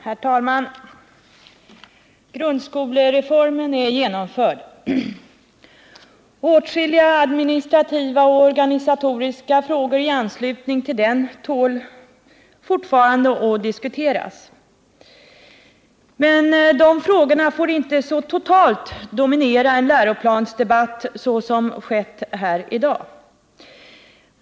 Herr talman! Grundskolereformen är genomförd. Åtskilliga administrativa och organisatoriska frågor i anslutning till den tål fortfarande att diskuteras. Men dessa frågor får inte så totalt dominera en läroplansdebatt som har skett här i dag.